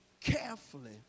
carefully